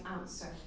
answer